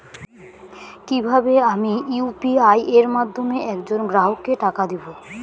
কিভাবে আমি ইউ.পি.আই এর মাধ্যমে এক জন গ্রাহককে টাকা দেবো?